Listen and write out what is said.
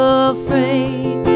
afraid